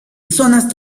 zonas